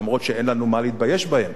למרות שאין לנו מה להתבייש בזה.